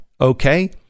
Okay